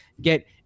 get